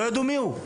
לא ידעו מי הוא.